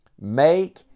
Make